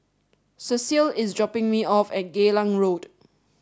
Cecile is dropping me off at Geylang Road